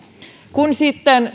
kun sitten